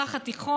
בתחילת החודש,